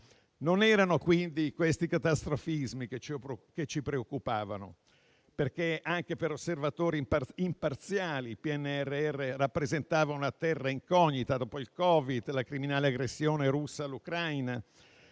Non erano, quindi, questi catastrofismi che ci preoccupavano, perché anche per osservatori imparziali il PNRR rappresentava una terra incognita, dopo il Covid e la criminale aggressione russa all'Ucraina;